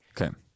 Okay